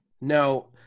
No